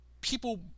people